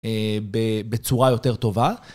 אה..ב..בצורה יותר טובה.